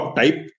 type